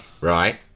right